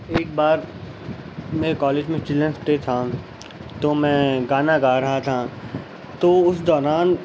ایک بار میرے کالج میں چلڈرنس ڈے تھا تو میں گانا گا رہا تھا تو اس دوران